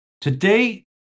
Today